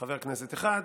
חבר כנסת אחד,